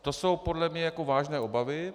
To jsou podle mě vážné obavy.